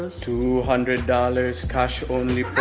ah two hundred dollars cash only